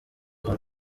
hano